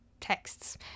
texts